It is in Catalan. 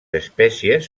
espècies